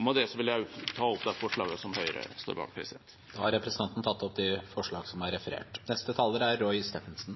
Med det vil jeg ta opp de forslagene som Høyre står bak. Da har representanten Helge Orten tatt opp de